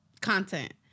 content